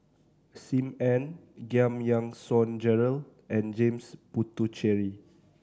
Sim Ann Giam Yean Song Gerald and James Puthucheary